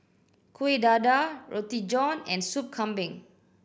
Kuih Dadar Roti John and Soup Kambing